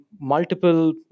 multiple